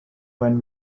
when